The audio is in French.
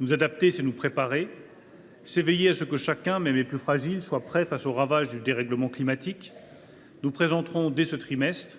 Nous adapter, c’est nous préparer. C’est veiller à ce que chacun, même parmi les plus fragiles, soit prêt à faire face aux ravages du dérèglement climatique. « Nous présenterons dès ce trimestre